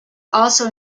also